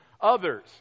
others